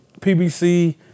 PBC